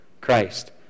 Christ